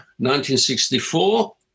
1964